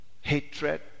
hatred